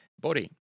body